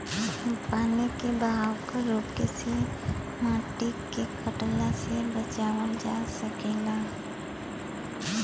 पानी के बहाव क रोके से माटी के कटला से बचावल जा सकल जाला